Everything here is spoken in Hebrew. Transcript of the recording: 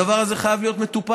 הדבר הזה חייב להיות מטופל,